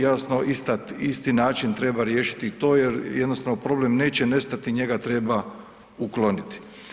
Jasno isti način treba riješiti i to jer jednostavno problem neće nestati, njega treba ukloniti.